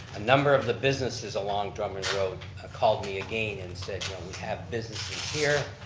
a number of the businesses along drummond road called me again and said, we have businesses here.